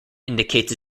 indicates